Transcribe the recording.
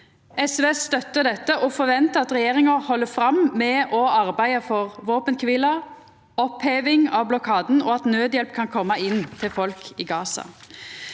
SV støttar dette og forventar at regjeringa held fram med å arbeida for våpenkvile, oppheving av blokaden og at naudhjelp kan koma inn til folk i Gaza.